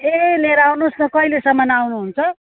ए लिएर आउनु होस् न कहिलेसम्म आउनु हुन्छ